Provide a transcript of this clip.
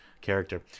character